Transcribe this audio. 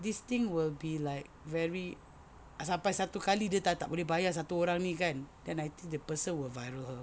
this thing will be like very sampai satu kali dia tak boleh bayar satu orang ni kan then I think the person will viral her